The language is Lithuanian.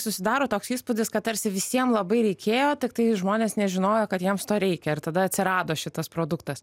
susidaro toks įspūdis kad tarsi visiem labai reikėjo tiktai žmonės nežinojo kad jiems to reikia ir tada atsirado šitas produktas